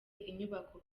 inyubako